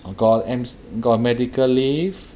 oh got m~ got medical leave